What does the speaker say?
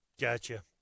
Gotcha